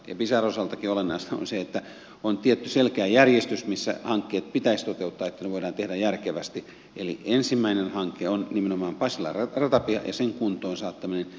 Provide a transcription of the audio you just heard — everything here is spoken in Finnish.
pisarankin osalta olennaista on se että on tietty selkeä järjestys missä hankkeet pitäisi toteuttaa että ne voidaan tehdä järkevästi eli ensimmäinen hanke on nimenomaan pasilan ratapiha ja sen kuntoon saattaminen